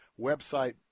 website